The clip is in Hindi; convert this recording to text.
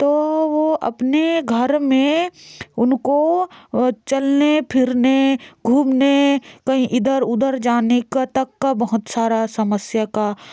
तो वह अपने घर में उनको चलने फिरने घूमने कहीं इधर उधर जाने का तक का बहुत सारा समस्या का